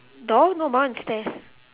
door no my one is stairs